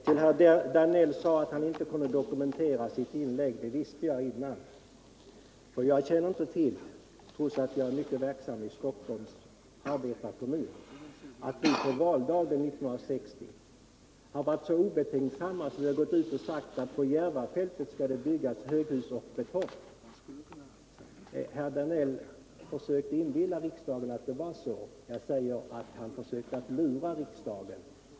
Herr Danell sade att han inte kunde dokumentera sitt påstående, och det visste jag förut. Trots att jag är mycket verksam i Stockholms Arbetarekommun känner jag inte till att vi på valdagen 1960 skulle ha varit så obetänksamma att vi gått ut och sagt, att på Järvafältet skall det byggas höghus av betong. Herr Danell försökte inbilla riksdagen att det var så. Jag säger att han försökte lura riksdagen.